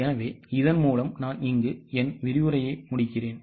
எனவே இதன் மூலம் நான் இங்கு என் விரிவுரையை முடிக்கிறேன்